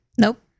Nope